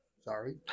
Sorry